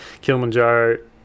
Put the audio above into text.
Kilimanjaro